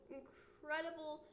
incredible